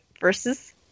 versus